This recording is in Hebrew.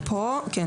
כן.